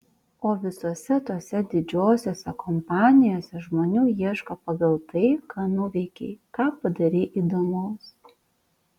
o visose tose didžiosiose kompanijose žmonių ieško pagal tai ką nuveikei ką padarei įdomaus